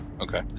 Okay